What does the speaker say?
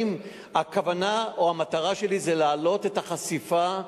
הכוונה או המטרה שלי זה להעלות את החשיפה,